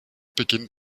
beginnt